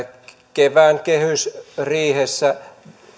kevään kehysriihessä